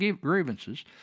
grievances